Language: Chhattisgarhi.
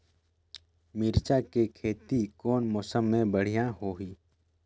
मिरचा के खेती कौन मौसम मे बढ़िया होही?